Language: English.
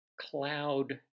cloud